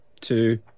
two